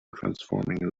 transforming